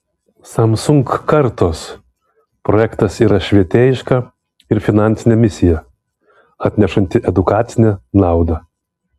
samsung kartos projektas yra švietėjiška ir finansinė misija atnešanti edukacinę naudą